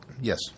Yes